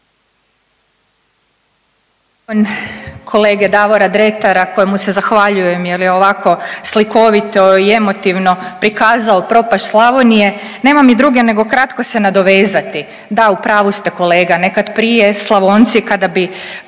kolege Davora Dretara kojem u se zahvaljujem jel je ovako slikovito i emotivno prikazao propast Slavonije, nema mi drugo nego kratko se nadovezati. Da, u pravu ste kolega, neka prije Slavonci kada bi